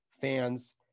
fans